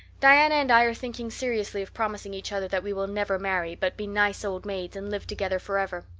diana and i are thinking seriously of promising each other that we will never marry but be nice old maids and live together forever.